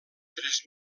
tres